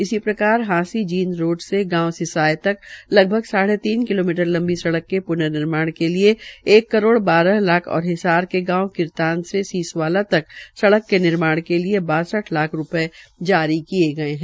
इसी प्रकार हांसी जींद रोड़ से गांव सिसाम तक लगभग साढ़े तीन किलोमीटर लंबी सड़क के पर्ननिर्माण के लिये एक करोड़ बारह लाख और हिसार के गांव किरतान से सीसवाला तक सड़क के निर्माण के लिए बासठ लाख रूपये जारी किये है